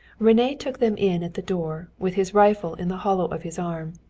rene took them in at the door, with his rifle in the hollow of his arm,